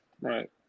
Right